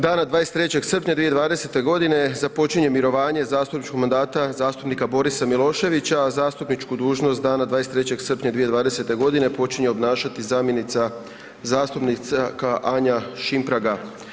Dana 23. srpnja 2020. godine započinje mirovanje zastupničkog mandata zastupnika Borisa Miloševića, a zastupničku dužnost dana 23. srpnja 2020. godine počinje obnašati zamjenica zastupnika Anja Šimpraga.